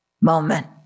moment